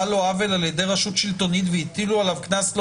לו עוול על ידי רשות שלטונית והוטל עליו קנס?